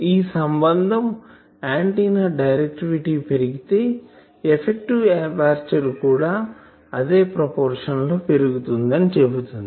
ఈ సంబంధం antenna directivity పెరిగితే ఎఫెక్టివ్ ఎపర్చరు కూడా అదే ప్రపోర్షన్ లో పెరుగుతుంది అని చెబుతుంది